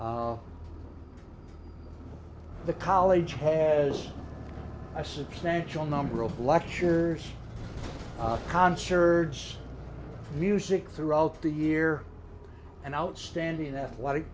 the college has a substantial number of lectures concerts music throughout the year and outstanding athletic